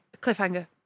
Cliffhanger